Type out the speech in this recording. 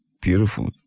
beautiful